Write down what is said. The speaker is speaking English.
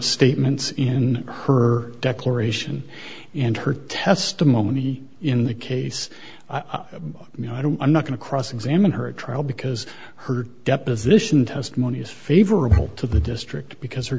statements in her declaration and her testimony in the case you know i don't i'm not going to cross examine her trial because her deposition testimony is favorable to the district because her